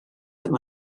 ddim